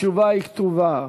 התשובה כתובה,